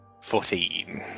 Fourteen